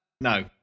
No